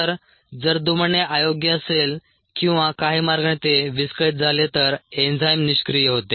तर जर दुमडणे अयोग्य असेल किंवा काही मार्गाने ते विस्कळीत झाले तर एन्झाइम निष्क्रिय होते